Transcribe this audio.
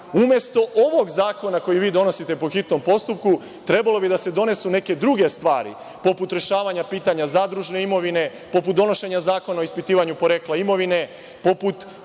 ovog zakona koji vi donosite po hitnom postupku, trebalo bi da se donesu neke druge stvari, poput rešavanja pitanja zadružne imovine, poput donošenja zakona o ispitivanju porekla imovine,